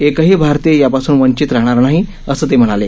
एकही भारतीय यापासून वंचित राहणार नाही असं ते म्हणाले